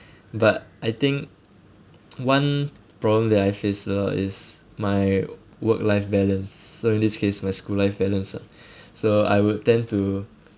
but I think one problem that I face a lot is my work life balance so in this case my school life balance ah so I would tend to